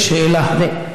שאלה,